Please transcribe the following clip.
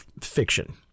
fiction